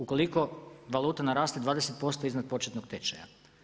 Ukoliko valuta naraste 20% iznad početnog tečaja.